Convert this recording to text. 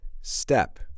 step